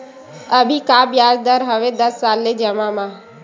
अभी का ब्याज दर हवे दस साल ले जमा मा?